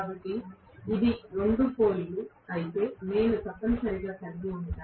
కాబట్టి ఇది రెండు పోల్ అయితే నేను తప్పనిసరిగా కలిగి ఉంటాను